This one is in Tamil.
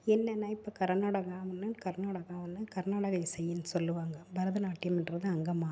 என்னன்னா இப்போ கர்நாடகா ஒன்று கர்நாடகா ஒன்று கர்நாடக இசைன்னு சொல்வாங்க பரதநாட்டியம்ன்றது அங்கே மாறும்